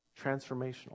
transformational